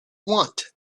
want